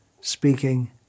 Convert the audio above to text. speaking